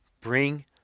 bring